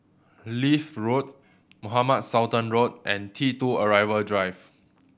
Leith Road Mohamed Sultan Road and T Two Arrival Drive